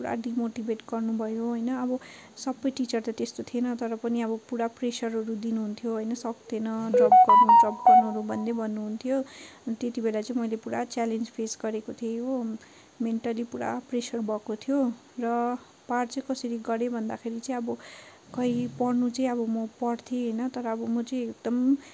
पुरा डिमोटिभेट गर्नुभयो होइन अब सबै टिचर त त्यस्तो थिएन तर पनि अब पुरा प्रेसरहरू दिनुहुन्थ्यो होइन सक्दैन ड्रप गर्नु ड्रप गर्नुहरू भन्दै भन्नुहुन्थ्यो अनि त्यति बेला चाहिँ मैले पुरा च्यालेन्ज फेस गरेको थिएँ हो मेन्टली पुरा प्रेसर भएको थियो र पार चाहिँ कसरी गरेँ भन्दाखेरि चाहिँ अब कहीँ पढ्नु चाहिँ अब म पढ्थेँ होइन तर अब म चाहिँ एकदम